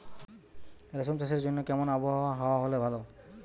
রেশম চাষের জন্য কেমন আবহাওয়া হাওয়া হলে ভালো?